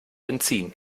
entziehen